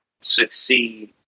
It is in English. succeed